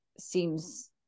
seems